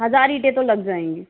हजार ईंटें तो लग जाएंगी